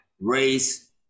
race